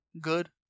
good